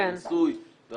במיסוי ובהרבה דברים.